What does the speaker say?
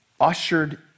ushered